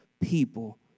people